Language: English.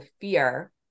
fear